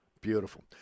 beautiful